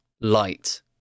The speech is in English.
light